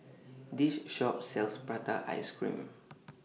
This Shop sells Prata Ice Cream